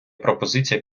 пропозиція